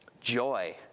joy